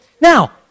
Now